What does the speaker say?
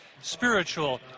spiritual